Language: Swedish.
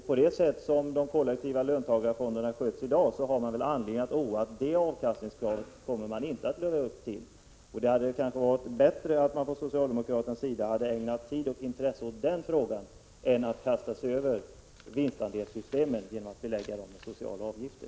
Så som de kollektiva löntagarfonderna sköts i dag har man väl anledning att oroas för att de inte kommer att nå upp till det avkastningskravet. Det hade kanske varit bättre att socialdemokraterna ägnat tid och intresse åt den frågan i stället för att kasta sig över vinstandelssystemen genom att belägga dem med sociala avgifter.